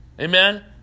Amen